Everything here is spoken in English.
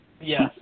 yes